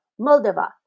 Moldova